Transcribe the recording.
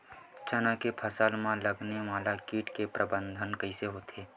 चना के फसल में लगने वाला कीट के प्रबंधन कइसे होथे?